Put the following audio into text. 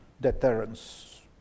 deterrence